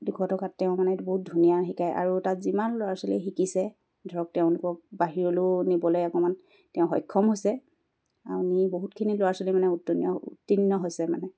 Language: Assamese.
দুশ টকাত তেওঁ মানে বহুত ধুনীয়া শিকায় আৰু তাত যিমান ল'ৰা ছোৱালী শিকিছে ধৰক তেওঁলোকক বাহিৰলৈও নিবলৈ অকণমান তেওঁ সক্ষম হৈছে আনি বহুতখিনি ল'ৰা ছোৱালী মানে উত্তীণ উত্তীৰ্ণ হৈছে মানে